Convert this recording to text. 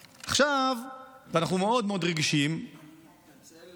עכשיו, אנחנו מאוד מאוד רגישים, אני מתנצל.